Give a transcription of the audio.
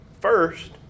First